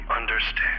understand